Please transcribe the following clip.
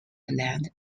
land